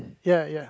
ya ya